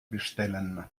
bestellen